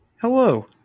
Hello